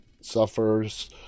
suffers